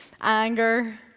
anger